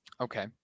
Okay